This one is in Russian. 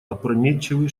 опрометчивый